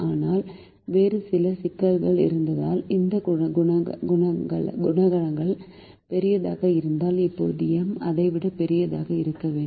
ஆனால் வேறு சில சிக்கல்கள் இருந்தால் இந்த குணகங்கள் பெரியதாக இருந்தால் இப்போது M அதை விட பெரியதாக இருக்க வேண்டும்